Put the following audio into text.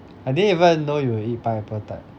I didn't even know you eat pineapple tart